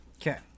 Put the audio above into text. Okay